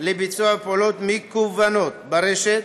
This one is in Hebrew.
לביצוע פעולות מקוונות ברשת,